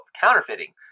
counterfeiting